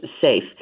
safe